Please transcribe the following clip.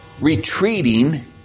retreating